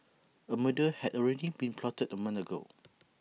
A murder had already been plotted A month ago